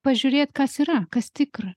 pažiūrėt kas yra kas tikra